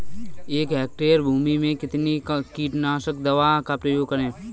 एक हेक्टेयर भूमि में कितनी कीटनाशक दवा का प्रयोग करें?